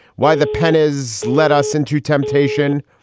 why the pen is let us in to temptation.